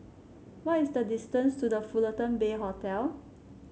what is the distance to The Fullerton Bay Hotel